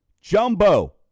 Jumbo